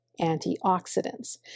antioxidants